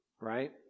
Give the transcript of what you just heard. right